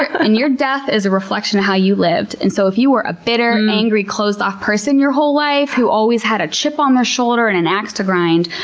ah your death is a reflection of how you lived. and so if you were a bitter, angry, closed-off person your whole life, who always had a chip on their shoulder and an axe to grind,